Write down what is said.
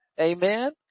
Amen